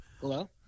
Hello